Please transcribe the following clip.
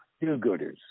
do-gooders